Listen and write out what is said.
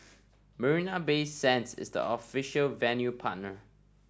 Marina Bay Sands is the official venue partner